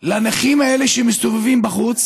בנכים האלה שמסתובבים בחוץ